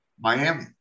Miami